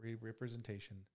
representation